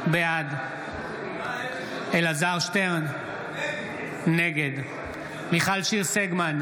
בעד אלעזר שטרן, נגד מיכל שיר סגמן,